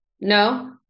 No